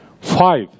Five